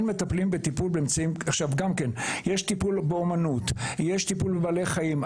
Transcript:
יש טיפול באומנות, יש טיפול בבעלי חיים.